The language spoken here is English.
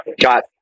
got